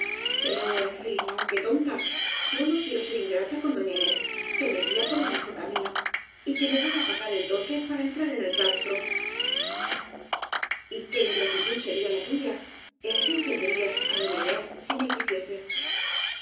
pero en fin aunque tonta yo no quiero ser ingrata con doña inés que me guía por el mejor camino y que me va á pagar el dote para entrar en el claustro y qué ingratitud sería la tuya en qué ofen derías á doña inés si me quisieses